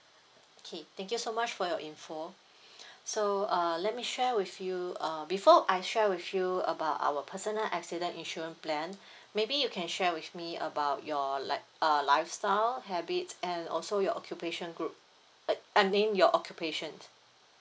okay thank you so much for your info so err let me share with you err before I share with you about our personal accident insurance plan maybe you can share with me about your like err lifestyle habits and also your occupation group uh I mean your occupation